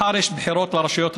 מחר יש בחירות לרשויות המקומיות,